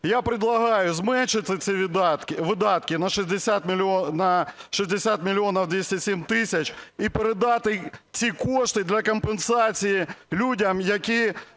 Я предлагаю зменшити ці видатки на 60 мільйонів 207 тисяч і передати ці кошти для компенсації людям, які